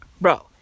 bro